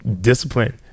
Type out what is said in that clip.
discipline